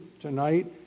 tonight